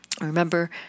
remember